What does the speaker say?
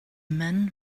men